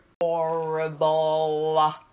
Horrible